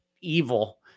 evil